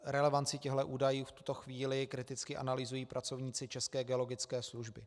Relevanci těchto údajů v tuto chvíli kriticky analyzují pracovníci České geologické služby.